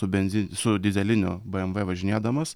su benzi su dyzeliniu bmw važinėdamas